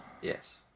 Yes